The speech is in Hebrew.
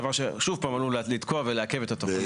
דבר ששוב פעם עלול לתקוע ולעכב את התוכנית.